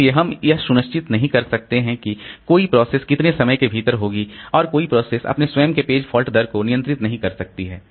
इसलिए हम यह सुनिश्चित नहीं कर सकते हैं कि कोई प्रोसेस कितने समय के भीतर होगी और कोई प्रोसेस अपने स्वयं के पेज फॉल्ट दर को नियंत्रित नहीं कर सकती है